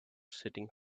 sitting